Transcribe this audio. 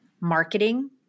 marketing